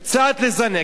נתן לכם אפשרות קצת לזנק,